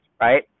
right